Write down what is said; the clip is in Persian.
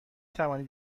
توانید